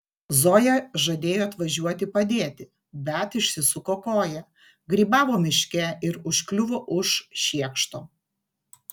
zoja žadėjo atvažiuoti padėti bet išsisuko koją grybavo miške ir užkliuvo už šiekšto